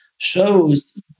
Shows